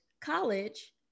college